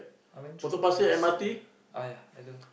I went through Potong Pasir ah ya at the